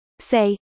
Say